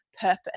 purpose